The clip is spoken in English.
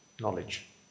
Knowledge